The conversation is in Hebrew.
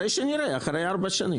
נראה אחרי ארבע שנים.